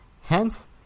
Hence